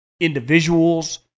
individuals